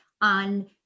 on